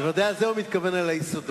בוודאי לזה הוא מתכוון ב"יסודות".